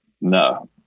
No